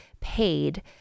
paid